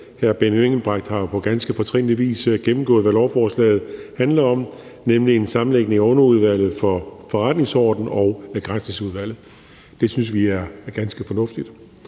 Hr. Benny Engelbrecht har på ganske fortrinlig vis gennemgået, hvad forslaget handler om, nemlig en sammenlægning af Underudvalget under Udvalget for Forretningsordenen og Granskningsudvalget. Det synes vi er ganske fornuftigt,